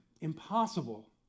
impossible